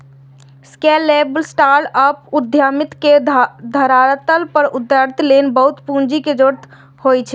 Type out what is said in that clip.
scalable startup उद्यमिता के धरातल पर उतारै लेल बहुत पूंजी के जरूरत होइ छै